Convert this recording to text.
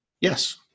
Yes